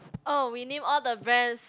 oh we name all the brands